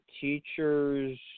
teachers